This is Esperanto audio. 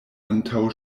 antaŭ